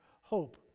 hope